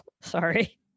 Sorry